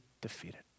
defeated